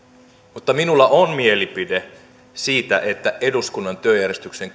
mutta minulla on mielipide siitä että eduskunnan työjärjestyksen